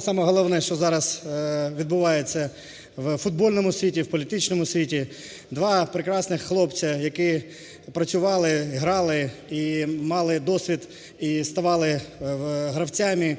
саме головне, що зараз відбувається у футбольному світі і в політичному світі. Два прекрасних хлопці, які працювали і грали, і мали досвід і ставали гравцями,